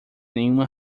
nenhuma